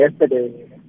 yesterday